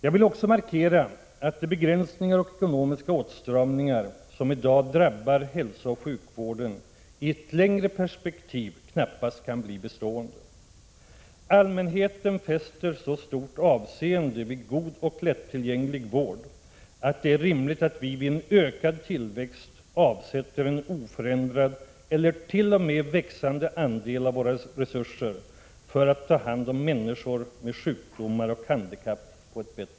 Jag vill också markera att de begränsningar och ekonomiska åtstramningar som i dag drabbar hälsooch sjukvården i ett längre perspektiv knappast kan bli bestående. Allmänheten fäster så stort avseende vid god och lättillgänglig vård att det är rimligt att vi, vid en ökad tillväxt, avsätter en oförändrad eller t.o.m. växande andel av våra resurser för att på ett bättre sätt ta hand om människor med sjukdomar och handikapp.